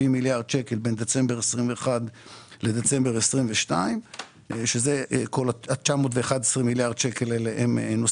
התשפ"ג 27.2.2023. אני מקדם בברכה את המפקח על הבנקים,